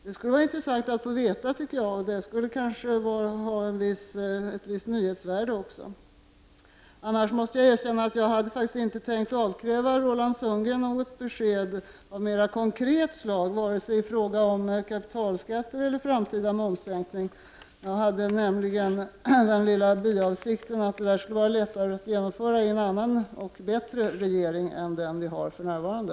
Det skulle kanske ha ett visst nyhetsvärde om han vill svara på det. Jag måste erkänna att jag annars inte hade tänkt avkräva Roland Sundgren något besked av mera konkret slag, varken i fråga om kapitalskatter eller framtida momssänkningar. Jag hade nämligen den lilla biavsikten att detta skulle vara lättare att genomföra i en annan och bättre regering än den vi har för närvarande.